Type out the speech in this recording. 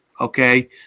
Okay